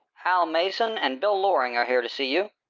al mason and bill loring are here to see you.